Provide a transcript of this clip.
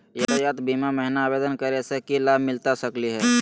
यातायात बीमा महिना आवेदन करै स की लाभ मिलता सकली हे?